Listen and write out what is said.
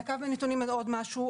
נקב בנתונים על עוד משהו,